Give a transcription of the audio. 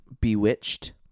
Bewitched